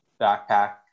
backpack